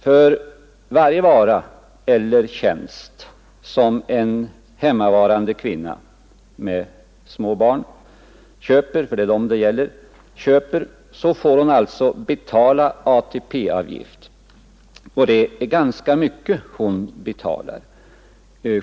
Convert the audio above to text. För varje vara eller tjänst som en hemmavarande kvinna med små barn köper — det är ju dem det gäller — får hon alltså betala ATP-avgift, och det är ganska mycket hon betalar.